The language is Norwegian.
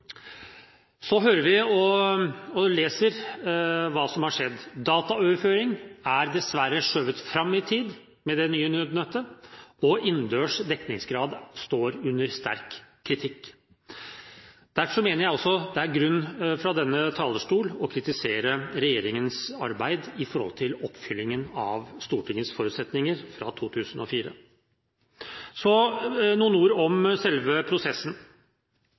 Så hører vi – og leser – hva som har skjedd. Dataoverføring er dessverre skjøvet fram i tid med det nye nødnettet, og innendørs dekningsgrad står under sterk kritikk. Derfor mener jeg at det også er grunn til fra denne talerstol å kritisere regjeringens arbeid med oppfyllingen av Stortingets forutsetninger fra 2004. Så noen ord om selve prosessen.